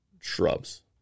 shrubs